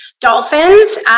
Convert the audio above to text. dolphins